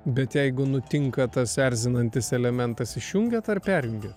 bet jeigu nutinka tas erzinantis elementas išjungiat ar perjungiat